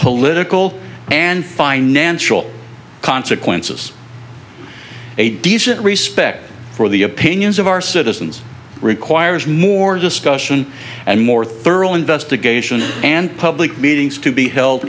political and financial consequences a decent respect for the opinions of our citizens requires more discussion and more thorough investigation and public meetings to be held